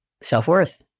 self-worth